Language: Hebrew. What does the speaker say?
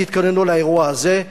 תתכוננו לאירוע הזה.